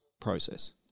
process